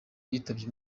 yitabye